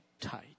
tight